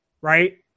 Right